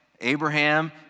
Abraham